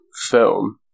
film